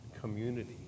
community